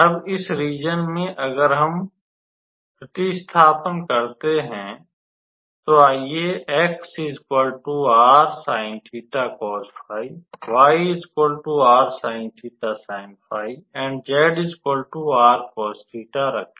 अब इस रीज़न में अगर हम प्र्तिस्थापित करते हैं तो आइये रखें